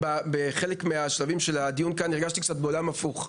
בחלק מהשלבים של הדיון כאן הרגשתי קצת בעולם הפוך.